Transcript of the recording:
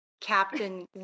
Captain